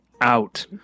out